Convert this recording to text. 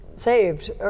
saved